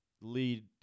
lead